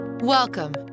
Welcome